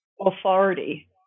authority